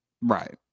Right